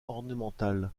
ornemental